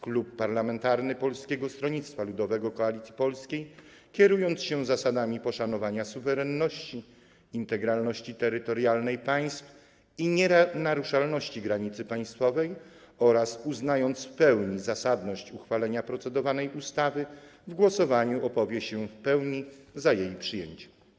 Klub Parlamentarny Polskie Stronnictwo Ludowe - Koalicja Polska, kierując się zasadami poszanowania suwerenności, integralności terytorialnej państw i nienaruszalności granicy państwowej oraz uznając w pełni zasadność uchwalenia procedowanej ustawy, w głosowaniu opowie się w pełni za jej przyjęciem.